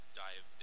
dive